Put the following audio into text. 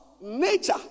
nature